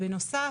בנוסף,